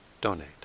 donate